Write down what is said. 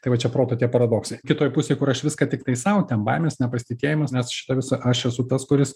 tai va čia proto tie paradoksai kitoj pusėj kur aš viską tiktai sau ten baimės nepasitikėjimas nes šita visa aš esu tas kuris